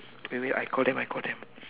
wait wait I call them I call them